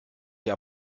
hier